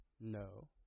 no